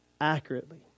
accurately